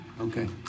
Okay